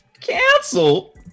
cancel